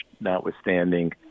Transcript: notwithstanding